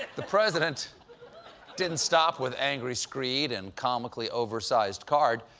the president didn't stop with angry screed and comically oversized card,